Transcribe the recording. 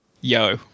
Yo